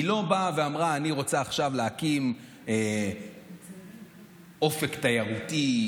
היא לא באה ואמרה: אני רוצה עכשיו להקים אופק תיירותי,